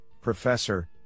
Professor